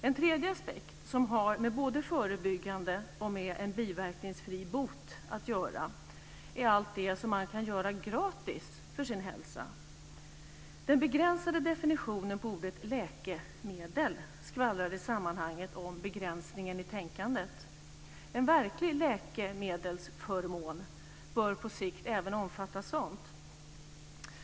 En tredje aspekt som har med både förebyggande och biverkningsfri bot att göra är allt det som man kan göra gratis för sin hälsa. Den begränsade definitionen på ordet läkemedel skvallrar i sammanhanget om begränsningen i tänkandet. En verklig läkemedelsförmån bör på sikt omfatta även sådant.